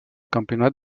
campionat